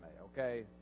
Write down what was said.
okay